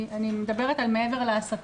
אני מדברת על מעבר להסטה,